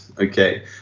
okay